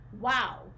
wow